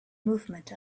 movement